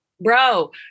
Bro